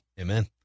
Amen